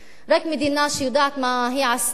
רק מדינה שיודעת מה היא עשתה